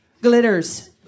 glitters